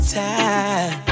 time